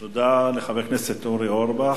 תודה לחבר הכנסת אורי אורבך.